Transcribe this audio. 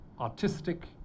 artistic